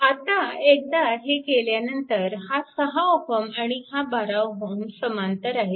आता एकदा हे केल्यानंतर हा 6Ω आणि हा 12Ω समांतर आहेत